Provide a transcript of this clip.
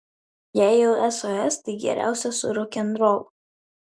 jei jau sos tai geriausia su rokenrolu